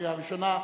לקריאה ראשונה.